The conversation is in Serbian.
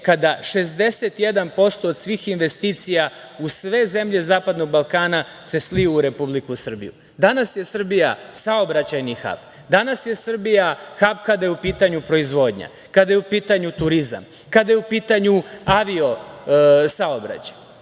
kada 61% svih investicija u sve zemlje zapadnog Balkana se sliju u Republiku Srbiju. Danas je Srbija saobraćajni hab, danas je Srbija hab kada je u pitanju proizvodnja, kada je u pitanju turizam, kada je u pitanju avio saobraćaj,